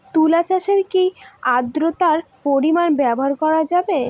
তুলা চাষে কি আদ্রর্তার পরিমাণ ব্যবহার করা যাবে?